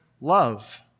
love